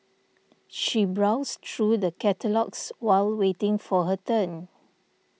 she browsed through the catalogues while waiting for her turn